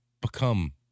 become